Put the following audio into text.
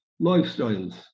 lifestyles